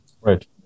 Right